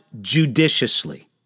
judiciously